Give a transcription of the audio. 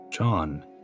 John